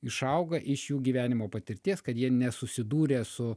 išauga iš jų gyvenimo patirties kad jie nesusidūrė su